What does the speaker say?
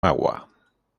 agua